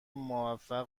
موفق